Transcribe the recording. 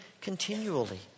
continually